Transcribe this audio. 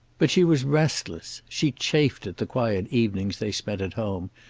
but she was restless. she chafed at the quiet evenings they spent at home,